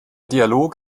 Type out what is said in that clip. dialog